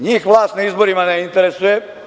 Njih vlast na izborima ne interesuje.